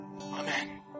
Amen